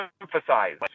emphasize